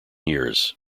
years